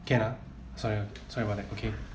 can ah sorry sorry about okay